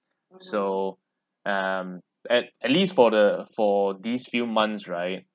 so um at at least for the for these few months right